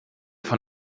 von